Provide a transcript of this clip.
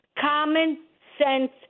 common-sense